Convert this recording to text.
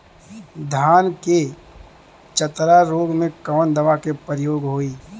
धान के चतरा रोग में कवन दवा के प्रयोग होई?